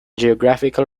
geographical